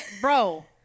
bro